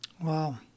Wow